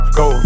go